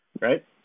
right